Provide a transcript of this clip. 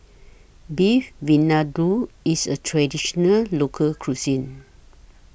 Beef Vindaloo IS A Traditional Local Cuisine